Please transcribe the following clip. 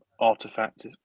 artifact